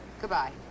Goodbye